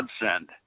godsend